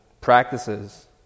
practices